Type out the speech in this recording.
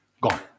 gone